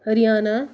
Haryana